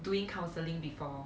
doing counselling before